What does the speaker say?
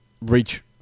reach